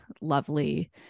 lovely